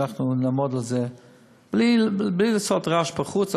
שאנחנו נעמוד על זה בלי לעשות רעש בחוץ.